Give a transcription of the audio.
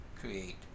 create